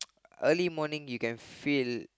early morning you can feel